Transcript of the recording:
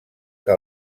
que